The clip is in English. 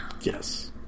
Yes